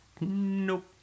Nope